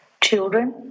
children